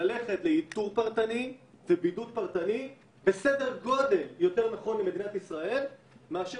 שללכת לאיתור פרטני ובידוד פרטני הוא יותר נכון למדינת ישראל מאשר